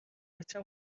بچه